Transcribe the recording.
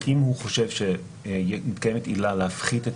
אם הוא חושב שמתקיימת עילה להפחית את